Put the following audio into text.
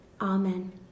Amen